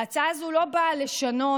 ההצעה הזאת לא באה לשנות,